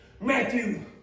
Matthew